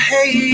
Hey